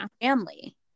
family